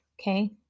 Okay